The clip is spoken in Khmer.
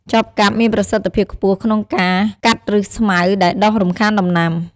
ចបកាប់មានប្រសិទ្ធភាពខ្ពស់ក្នុងការ កាត់ឫសស្មៅដែលដុះរំខានដំណាំ។